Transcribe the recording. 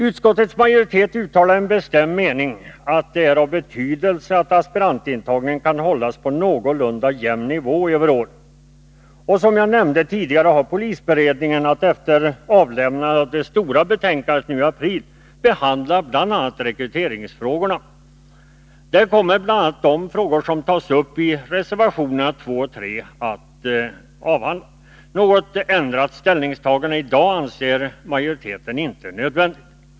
Utskottets majoritet uttalar som sin bestämda mening att det är av betydelse att aspirantintagningen kan hållas på en någorlunda jämn nivå över åren. Som jag tidigare nämnde har polisberedningen att efter avlämnandet av det stora betänkandet nu i april behandla bl.a. rekryteringsfrågan. Där kommer också de frågor som tas upp i reservationerna 2 och 3 att behandlas. Något ändrat ställningstagande i dag anser majoriteten inte nödvändigt.